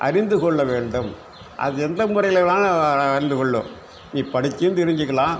அறிந்துக்கொள்ள வேண்டும் அது எந்த முறையில் வேணாலும் அறிந்துக் கொள்ளு நீ படிச்சும் தெரிஞ்சுக்கலாம்